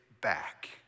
back